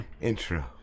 intro